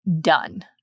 done